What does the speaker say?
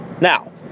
Now